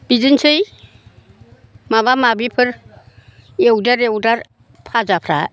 बिदिनोसै माबा माबिफोर एवदेर एवदार फाजाफ्रा